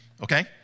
Okay